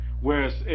Whereas